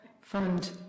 fund